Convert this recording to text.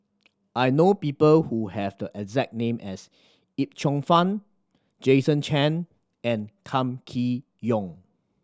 I know people who have the exact name as Yip Cheong Fun Jason Chan and Kam Kee Yong